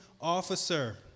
officer